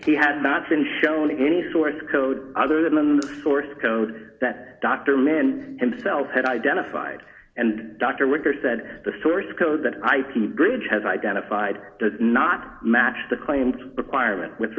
he had not been shown any source code other than the source code that dr mann himself had identified and dr ricker said the source code that ip ridge has identified does not match the claimed requirement with